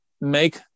make